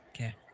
Okay